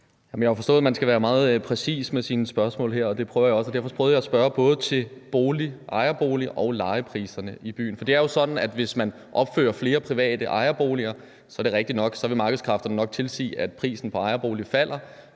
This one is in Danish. Jeg har forstået, at man skal være meget præcis med sine spørgsmål her, og det prøver jeg også at være. Derfor prøvede jeg at spørge til både ejerbolig- og lejepriserne i byen. For det er jo sådan, at hvis man opfører flere private ejerboliger, er det rigtigt nok, at så vil markedskræfterne nok tilsige, at priserne på ejerboliger falder,